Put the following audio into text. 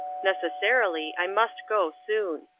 necessarily, i must go soon.